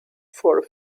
for